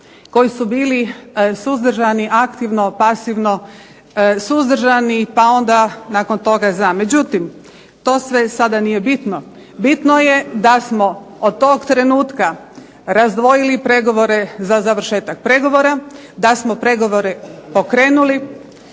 koji su bili suzdržani aktivno, pasivno, suzdržani pa onda nakon toga za. Međutim, to sada sve nije bitno. Bitno je da smo od tog trenutka razdvojili pregovore za završetak pregovora, da smo pregovore pokrenuli,